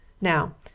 Now